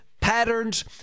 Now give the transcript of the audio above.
patterns